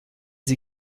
sie